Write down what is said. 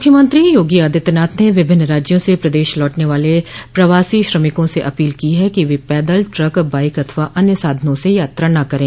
मुख्यमंत्री योगी आदित्यनाथ ने विभिन्न राज्यों से प्रदेश लौटने वाले प्रवासी श्रमिकों से अपील की है कि वे पैदल ट्रक बाइक अथवा अन्य साधनों से यात्रा न करें